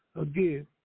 again